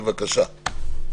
בבקשה.